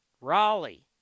Raleigh